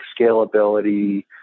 scalability